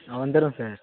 ஆ வந்துடுறோம் சார்